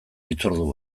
hitzordu